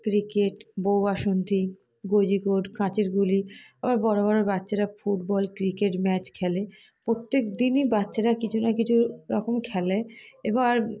cricket বউ বাসন্তি কাঁচের গুলি আবার বড়ো বড়ো বাচ্চারা ফুটবল ক্রিকেট ম্যাচ খেলে প্রত্যেকদিনই বাচ্চারা কিছু না কিছু রকম খেলে এবার